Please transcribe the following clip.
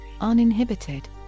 uninhibited